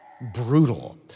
brutal